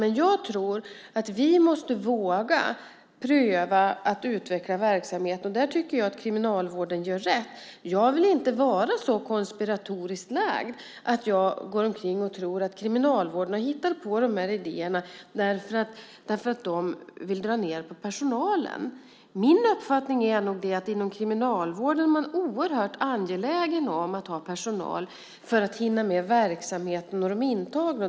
Men jag tror att vi måste våga pröva att utveckla verksamheten. Jag tycker att kriminalvården gör rätt här. Jag vill inte vara så konspiratoriskt lagd att jag går omkring och tror att Kriminalvården har hittat på de här idéerna därför att man vill dra ned på personalen. Min uppfattning är att inom Kriminalvården är man oerhört angelägen om att ha personal för att hinna med verksamheten och de intagna.